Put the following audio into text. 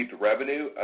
revenue